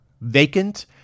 vacant